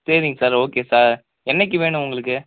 சரிங்க sir okay sir என்றைக்கு வேணும் உங்களுக்கு